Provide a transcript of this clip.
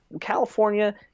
California